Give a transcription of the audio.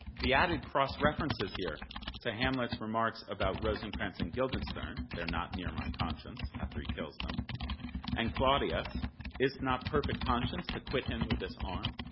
the added cross references here to hamlet's remarks about rosencrantz and guildenstern they're not near my conscience, after he kills them and claudius is't not perfect conscience to quit him with this arm?